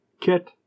Kit